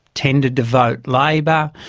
tended to vote labor,